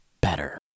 better